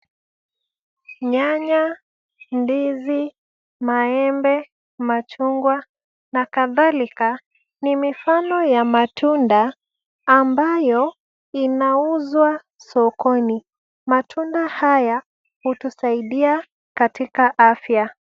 Nyanya, ndizi, maembe, machungwa na kadhalika ni mifano ya matunda ambayo inauzwa sokoni. ,Matunda haya hutusaidia katika afya.